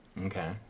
Okay